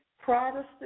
Protestant